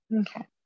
Okay